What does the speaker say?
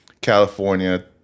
California